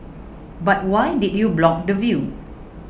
but why did you block the view